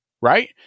right